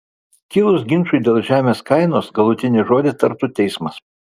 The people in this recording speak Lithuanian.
kilus ginčui dėl žemės kainos galutinį žodį tartų teismas